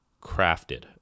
crafted